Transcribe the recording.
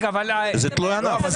זה תלוי ענף.